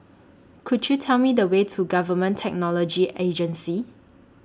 Could YOU Tell Me The Way to Government Technology Agency